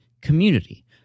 community